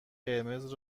قرمز